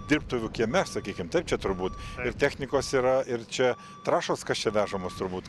dirbtuvių kieme sakykim taip čia turbūt ir technikos yra ir čia trąšos kas čia vežamos turbūt